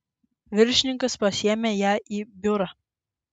viršininkas pasiėmė ją į biurą